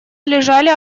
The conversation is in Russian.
лежали